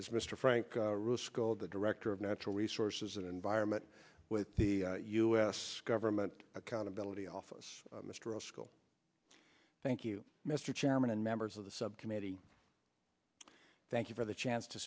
as mr frank rusco the director of natural resources and environment with the u s government accountability office mr a school thank you mr chairman and members of the subcommittee thank you for the chance to